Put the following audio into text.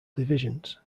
divisions